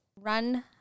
run